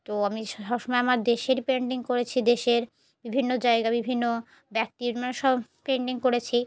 তো আমি সব সমময় আমার দেশেরই পেন্টিং করেছি দেশের বিভিন্ন জায়গা বিভিন্ন ব্যক্তির সব পেন্টিং করেছি